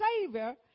Savior